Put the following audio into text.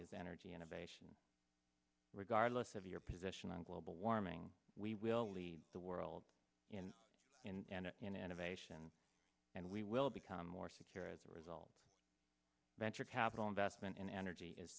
is energy innovation regardless of your position on global warming we will lead the world in and innovation and we will become more secure as a result venture capital investment in energy is